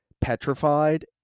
petrified